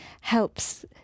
helps